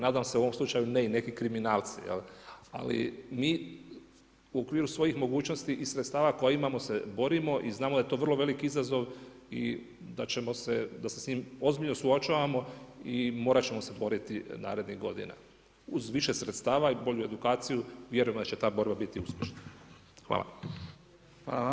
Nadam se u ovom slučaju ne i neki kriminalci, jel', ali mi u okviru svojih mogućnosti i sredstava koja imamo se borimo i znamo da je to vrlo veliki izazov i da se s njim ozbiljno suočavamo i morat ćemo se boriti narednih godina uz više sredstava i bolju edukaciju, vjerujemo da će ta borba biti uspješna.